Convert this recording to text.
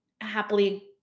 happily